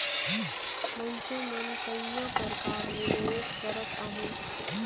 मइनसे मन कइयो परकार ले निवेस करत अहें